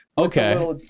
Okay